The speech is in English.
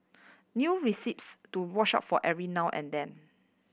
new recipes to watch out for every now and then